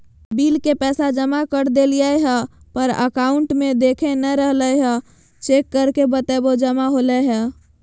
Bill के पैसा जमा कर देलियाय है पर अकाउंट में देखा नय रहले है, चेक करके बताहो जमा होले है?